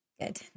good